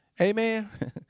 Amen